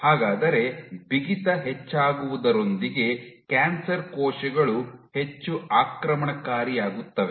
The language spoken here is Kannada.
ಹಾಗಾದರೆ ಬಿಗಿತ ಹೆಚ್ಚಾಗುವುದರೊಂದಿಗೆ ಕ್ಯಾನ್ಸರ್ ಕೋಶಗಳು ಹೆಚ್ಚು ಆಕ್ರಮಣಕಾರಿಯಾಗುತ್ತವೆ